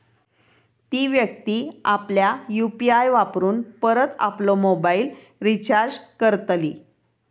ती व्यक्ती आपल्या यु.पी.आय वापरून परत आपलो मोबाईल रिचार्ज करतली